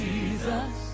Jesus